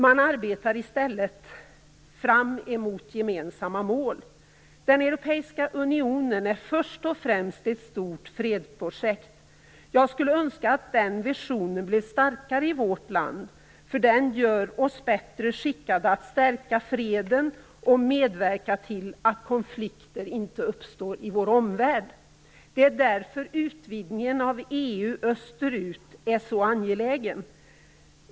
Man arbetar i stället fram mot gemensamma mål. Den europeiska unionen är först och främst ett stort fredsprojekt. Jag skulle önska att den visionen skulle bli starkare i vårt land, för den gör oss bättre skickade att stärka freden och medverka till att konflikter inte uppstår i vår omvärld. Det är därför utvidgningen av EU österut är så angelägen.